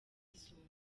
isonga